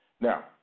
Now